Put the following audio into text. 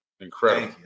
incredible